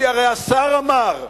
כי הרי השר אמר,